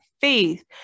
faith